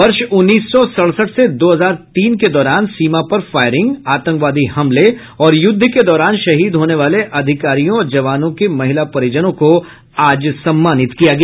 वर्ष उन्नीस सौ सड़सठ से दो हजार तीन के दौरान सीमा पर फायरिंग आतंकवादी हमले और युद्ध के दौरान शहीद होने वाले अधिकारियों और जवानों के महिला परिजनों को आज सम्मानित किया गया